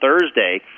Thursday